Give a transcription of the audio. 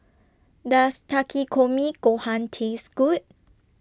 Does Takikomi Gohan Taste Good